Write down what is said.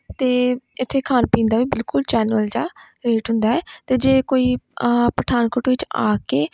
ਅਤੇ ਇੱਥੇ ਖਾਣ ਪੀਣ ਦਾ ਵੀ ਬਿਲਕੁਲ ਜੈਨੁਅਲ ਜਿਹਾ ਰੇਟ ਹੁੰਦਾ ਹੈ ਅਤੇ ਜੇ ਕੋਈ ਪਠਾਨਕੋਟ ਵਿੱਚ ਆ ਕੇ